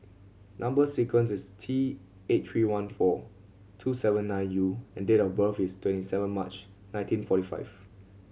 number sequence is T eight three one four two seven nine U and date of birth is twenty seven March nineteen forty five